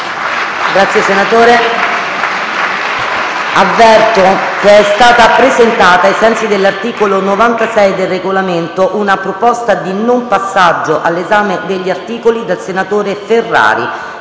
finestra"). Avverto che è stata presentata, ai sensi dell'articolo 96 del Regolamento, una proposta di non passaggio all'esame degli articoli da parte del senatore Ferrari.